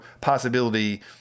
possibility